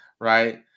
right